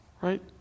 right